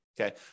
okay